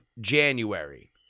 January